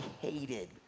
hated